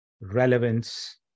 relevance